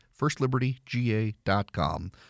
Firstlibertyga.com